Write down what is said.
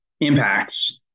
impacts